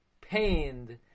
pained